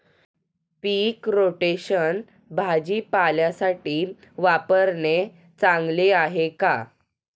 पीक rotation भाजीपाल्यासाठी वापरणे चांगले आहे का?